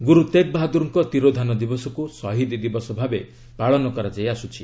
ଗୁରୁ ତେଗ୍ ବାହାଦୁରଙ୍କ ତିରୋଧାନ ଦିବସକୁ ସହିଦ ଦିବସ ଭାବେ ପାଳନ କରାଯାଇଆସୁଛି